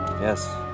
Yes